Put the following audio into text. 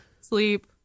sleep